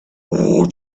why